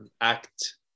act